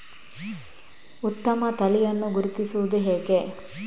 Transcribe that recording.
ಉತ್ತಮ ತಳಿಯನ್ನು ಗುರುತಿಸುವುದು ಹೇಗೆ?